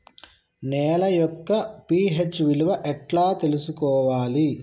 నేల యొక్క పి.హెచ్ విలువ ఎట్లా తెలుసుకోవాలి?